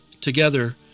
together